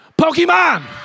Pokemon